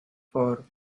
four